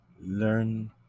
Learn